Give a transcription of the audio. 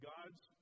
God's